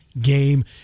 game